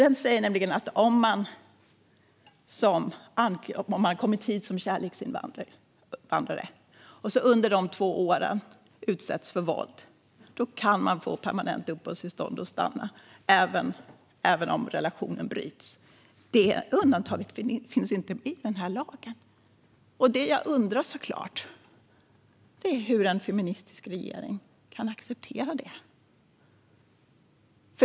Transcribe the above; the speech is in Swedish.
Den säger att om man har kommit hit som kärleksinvandrare och under de två åren utsätts för våld kan man få permanent uppehållstillstånd och få stanna även om relationen bryts. Det undantaget finns inte med i den tillfälliga lagen. Jag undrar såklart hur en feministisk regering kan acceptera det.